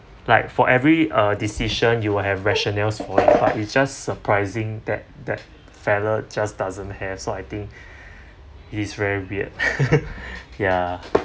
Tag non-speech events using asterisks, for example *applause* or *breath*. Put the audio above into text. like for every uh decision you will have rationale oh it's just surprising that that fellow just doesn't have so I think *breath* he's very weird *laughs* ya